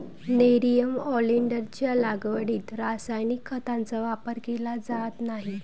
nerium ऑलिंडरच्या लागवडीत रासायनिक खतांचा वापर केला जात नाही